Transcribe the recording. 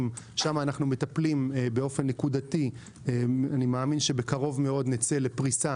אנחנו מטפלים באופן נקודתי ואני מאמין שבקרוב מאוד נצא לפריסה.